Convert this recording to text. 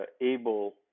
able